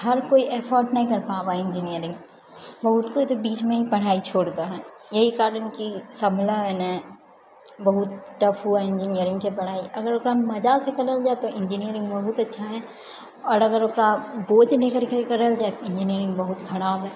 हर कोइ अफोर्ड नहि कर पाबै है इंजीनियरिंग बहुत कोइ तऽ बीचमे ही पढ़ाइ छोड़ि दऽ हन इएह कारण है कि सम्भलै है नहि बहुत टफ हुअए है इंजीनियरिंगके पढ़ाइ अगर ओकरा मजासँ करल जाइ तऽ इंजीनियरिंग बहुत अच्छा है आओर अगर ओकरा बोझ लेकरके करल जाइ इंजीनियरिंग बहुत खराब है